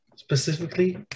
Specifically